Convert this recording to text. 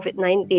COVID-19